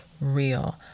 real